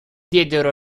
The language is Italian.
diedero